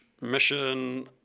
mission